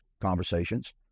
conversations